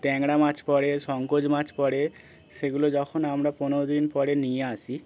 ট্যাংরাা মাছ পড়ে শঙ্কর মাছ পড়ে সেগুলো যখন আমরা পনেরো দিন পরে নিয়ে আসি